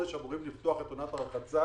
במרס אמורים לפתוח את עונת הרחצה.